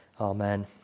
amen